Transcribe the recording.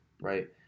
right